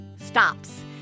stops